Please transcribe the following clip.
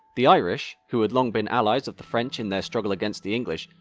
the irish, who had long been allies of the french in their struggle against the english,